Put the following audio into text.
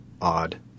odd